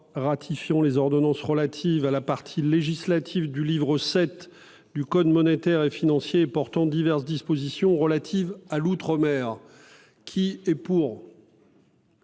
ratifiant les ordonnances relatives à la partie législative du livre VII du code monétaire et financier et portant diverses dispositions relatives à l'outre-mer. Mes chers